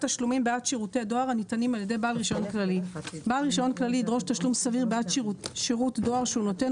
תשלומים בעד שירותי דואר הניתנים על ידי בעל רישיון כללי 37. בעל רישיון כללי ידרוש תשלום סביר בעד שירות דואר שהוא נותן,